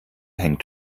hängt